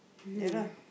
ya lah